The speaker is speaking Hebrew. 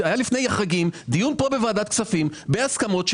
לפני החגים היה כאן דיון בוועדת הכספים בהסכמות.